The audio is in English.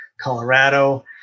Colorado